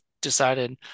decided